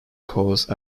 cause